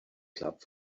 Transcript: clubs